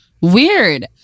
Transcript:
Weird